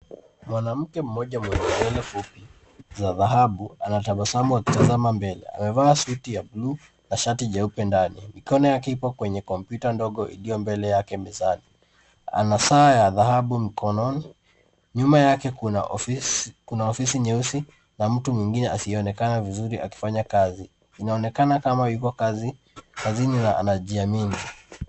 Mwanamke mmoja mwenye nywele fupi za dhahabu anatabasamu akitazama mbele. Amevaa suti ya bluu na shati jeupe ndani. Mikono yake ipo kwenye komputa ndogo iliyo mbele yake mezani. Ana saa ya dhahabu mkononi. Nyuma yake kuna ofisi nyeusi na mtu mwingine asiyeonekana vizuri akifanya kazi. Inaonekana kama yuko kazini na anajiamini.